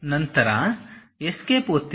ನಂತರ ಎಸ್ಕೇಪ್ ಒತ್ತಿರಿ